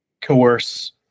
coerce